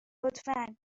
لطفا